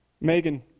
Megan